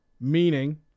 Meaning